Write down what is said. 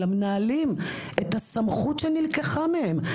למנהלים את הסמכות שנלקחה מהם.